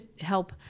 help